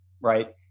right